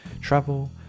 travel